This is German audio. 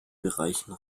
bereichen